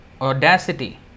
audacity